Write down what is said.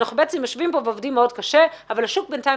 שאנחנו בעצם יושבים כאן ועובדים מאוד קשה אבל השוק בינתיים